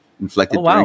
inflected